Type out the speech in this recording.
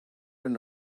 and